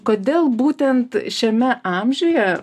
kodėl būtent šiame amžiuje